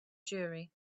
jury